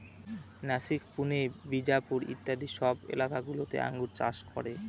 নাসিক, পুনে, বিজাপুর ইত্যাদি সব এলাকা গুলোতে আঙ্গুর চাষ করে